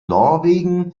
norwegen